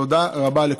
תודה רבה לכולכם.